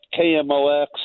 KMOX